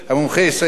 כיום,